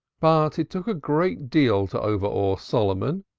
but it took a great deal to overawe solomon,